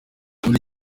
muri